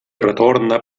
retorna